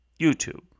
YouTube